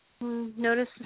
Notice